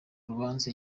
urubanza